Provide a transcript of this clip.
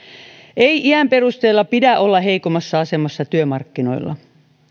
ei iän perusteella pidä olla heikommassa asemassa työmarkkinoilla